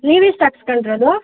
ನೀವೆಷ್ಟು ಹಾಕಿಸ್ಕೊಂಡಿರೋದು